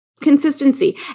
consistency